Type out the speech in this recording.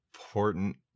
important